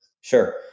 Sure